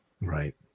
Right